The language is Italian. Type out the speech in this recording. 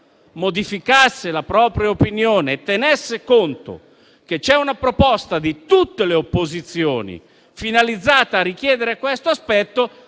modificasse la propria opinione e tenesse conto che c'è una proposta di tutte le opposizioni finalizzata a richiedere questo aspetto,